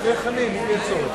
אחרי חנין, אם יהיה צורך.